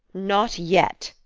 not yet!